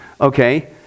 okay